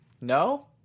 No